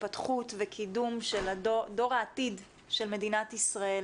התפתחות וקידום של דור העתיד של מדינת ישראל,